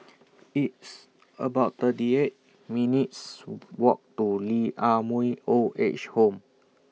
It's about thirty eight minutes' Walk to Lee Ah Mooi Old Age Home